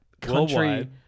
country